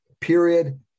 period